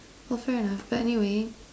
well fair enough but anyway